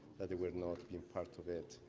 that they were not part of it.